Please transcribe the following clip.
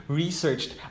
researched